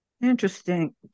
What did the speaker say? Interesting